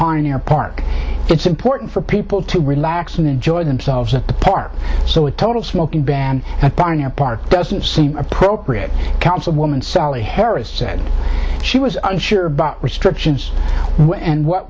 pioneer park it's important for people to relax and enjoy themselves at the park so a total smoking ban at brno park doesn't seem appropriate councilwoman sally harris said she was unsure about restrictions and what